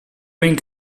ben